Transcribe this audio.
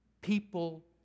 people